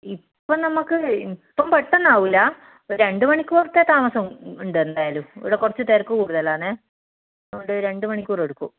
ഇപ്പോൾ നമുക്ക് ഇപ്പോൾ പെട്ടെന്ന് ആകില്ല രണ്ടു മണിക്കൂറത്തെ താമസം ഉണ്ട് എന്തായാലും ഇവിടെ കുറച്ച് തിരക്ക് കൂടുതൽ ആണേ അതുകൊണ്ട് രണ്ടു മണിക്കൂർ എടുക്കും